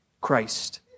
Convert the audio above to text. Christ